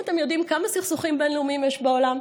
האם אתם יודעים כמה סכסוכים בין-לאומיים יש בעולם?